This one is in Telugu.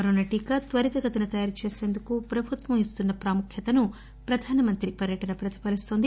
కరోనా టీకా త్వరితగతిన తయారు చేసేందుకు ప్రభుత్వం ఇస్తున్న ప్రాముఖ్యతను ప్రధానమంత్రి పర్యటన ప్రతిఫలిస్తోంది